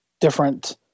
different